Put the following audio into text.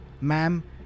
ma'am